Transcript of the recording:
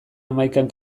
hamaikan